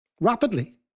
rapidly